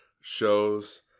shows